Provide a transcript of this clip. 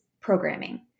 programming